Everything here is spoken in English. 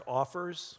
offers